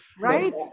Right